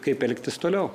kaip elgtis toliau